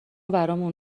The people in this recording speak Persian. برامون